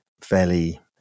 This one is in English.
fairly